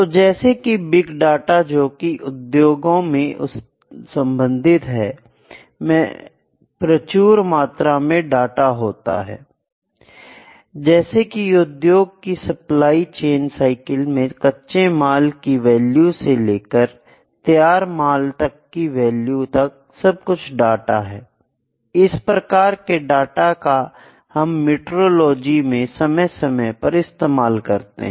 तो जैसे कि बिग डाटा जोकि उद्योगों से संबंधित है मैं प्रचुर मात्रा में डाटा होता है जैसे कि उद्योग की सप्लाई चैन साइकिल में कच्चे माल की वैल्यू से लेकर तैयार माल तक की वैल्यू सब कुछ डाटा है इस प्रकार के डाटा का हम मेट्रोलॉजी में समय समय पर इस्तेमाल करते हैं